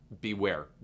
beware